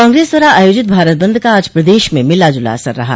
कांग्रेस द्वारा आयोजित भारत बंद का आज प्रदेश में मिला जुला असर रहा